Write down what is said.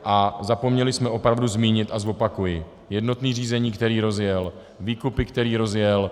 A zapomněli jsme opravdu zmínit a zopakuji: jednotné řízení, které rozjel, výkupy, které rozjel.